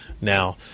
now